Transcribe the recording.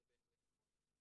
זה בהחלט נכון,